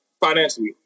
Financially